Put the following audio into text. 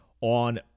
on